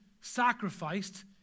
sacrificed